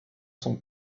son